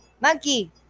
Monkey